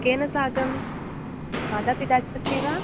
केन साकं मातापितात् अस्ति वा